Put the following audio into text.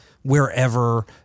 Wherever